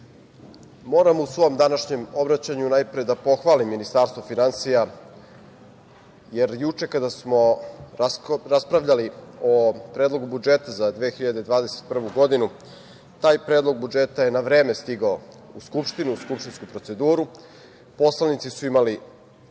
moram u svom današnjem obraćanju najpre da pohvalim Ministarstvo finansija, jer juče kada smo raspravljali o Predlogu budžeta za 2021. godinu, taj predlog budžeta je na vreme stigao u Skupštinu, u skupštinsku proceduru, poslanici su imali